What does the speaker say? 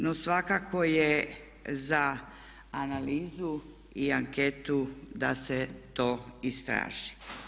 No, svakako je za analizu i anketu da se to istraži.